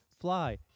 fly